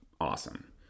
awesome